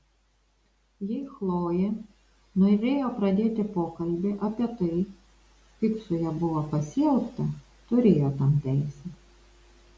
jei chlojė norėjo pradėti pokalbį apie tai kaip su ja buvo pasielgta turėjo tam teisę